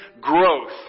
growth